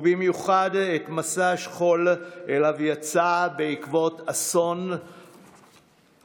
ובמיוחד את מסע השכול שאליו יצא בעקבות אסון המסוקים.